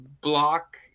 block